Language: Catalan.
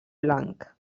blanc